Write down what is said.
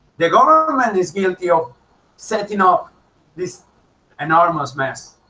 the government um and is guilty of setting up this enormous mess